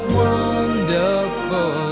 wonderful